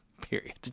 Period